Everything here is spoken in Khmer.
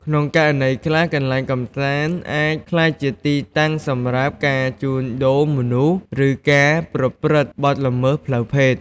ក្នុងករណីខ្លះ កន្លែងកម្សាន្តអាចក្លាយជាទីតាំងសម្រាប់ការជួញដូរមនុស្ស ឬការប្រព្រឹត្តបទល្មើសផ្លូវភេទ។